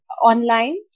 online